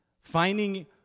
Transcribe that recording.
Finding